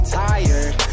tired